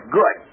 good